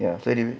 ya so I didn't